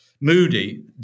Moody